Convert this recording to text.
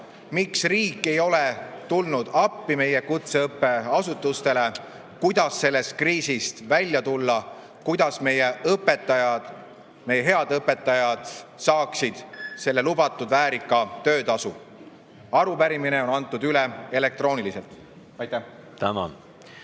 Miks riik ei ole tulnud appi meie kutseõppeasutustele? Kuidas sellest kriisist välja tulla? Kuidas meie õpetajad, meie head õpetajad saaksid neile lubatud väärika töötasu? Arupärimine on antud üle elektrooniliselt. Aitäh! Head